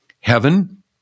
Heaven